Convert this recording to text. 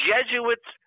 Jesuits